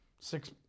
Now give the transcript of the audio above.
Six